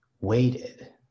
waited